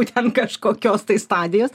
ten kažkokios tai stadijos